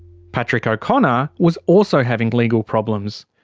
patrick o'connor was also having legal problems.